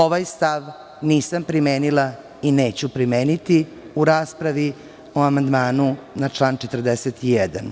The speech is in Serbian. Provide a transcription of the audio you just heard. Ovaj stav nisam primenila i neću primeniti u raspravi o amandmanu na član 41.